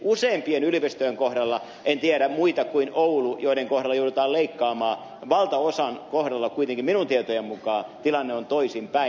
useimpien yliopistojen kohdalla en tiedä muita kuin oulu jonka kohdalla joudutaan leikkaamaan valtaosan kohdalla kuitenkin minun tietojeni mukaan tilanne on toisinpäin